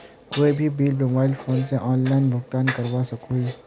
कोई भी bill mobile phone से ऑनलाइन भुगतान करवा सकोहो ही?